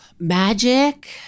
Magic